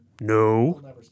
No